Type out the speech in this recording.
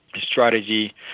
strategy